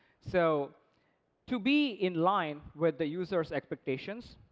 so to be in line with the user's expectations,